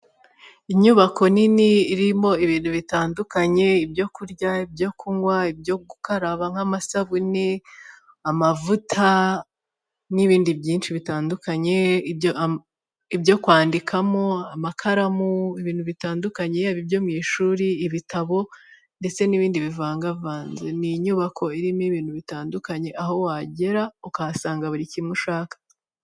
Inyubako nini irimo ibintu bitandukanye ibyo kurya byo kunywa ibyo gukaraba nk'amasabu ni amavuta n'ibindi byinshi bitandukanye ibyo kwandikamo amakaramu, ibintu bitandukanye byo mu ishuri, ibitabo ndetse n'ibindi bivangavanze ni inyubako irimo ibintu bitandukanye aho wagera ukahasanga buri kimwe ushaka.